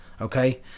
okay